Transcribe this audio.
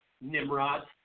Nimrod